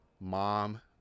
Mom